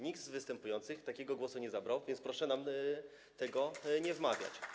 Nikt z występujących takiego głosu nie zabrał, więc proszę nam tego nie wmawiać.